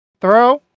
Throw